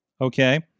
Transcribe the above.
Okay